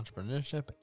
entrepreneurship